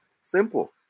Simple